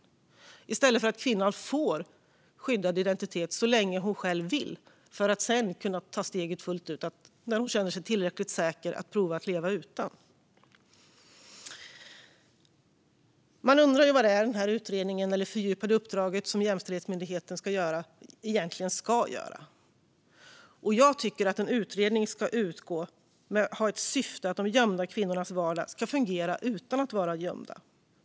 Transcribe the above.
Så är det i stället för att kvinnan får skyddad identitet så länge hon själv vill för att sedan kunna ta steget fullt ut att när hon känner sig tillräckligt säker att prova att leva utan. Man undrar vad utredningen, det fördjupade uppdraget, som Jämställdhetsmyndigheten ska utföra egentligen innebär. Jag tycker att en utredning ska ha ett syfte att de gömda kvinnornas vardag ska fungera utan att de ska vara gömda.